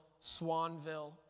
Swanville